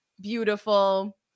beautiful